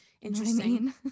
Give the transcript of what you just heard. interesting